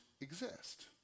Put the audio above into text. exist